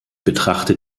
betrachte